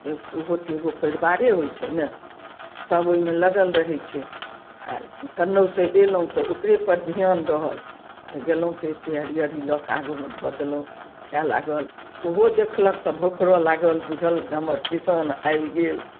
एगो उहो तऽ एगो परिवारे होइ छै ने सब ओइमे लगल रहय छी आओर कनौसँ अयलहुँ ओकरेपर धिआन रहल तऽ गेलहुँ तऽ एते हरियरी लअ कऽ आगूमे धऽ देलहुँ खाय लागल ओहो देखलक तऽ भोकरऽ लागल बुझलक जे हमर किसान आबि गेल